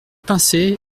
pincée